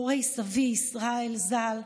הורי סבי ישראל ז"ל: